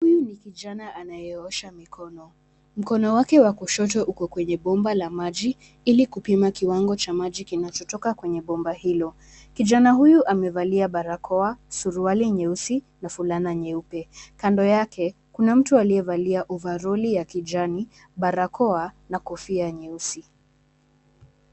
Huyu ni kijana anayeosha mikono, mkonowake wa kushoto uko kwenye bomba la maji ili kupima kiwango cha maji kinachotoka kwenye bomba hilo. Kijana huyu amevalia barakoa, suruali nyeusi na fulana nyeupe. Kando yake kuna mtu aliyevalia ovaroli ya kijani, barakoa na kofia nyeusi.